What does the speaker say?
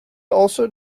also